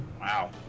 wow